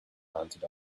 mounted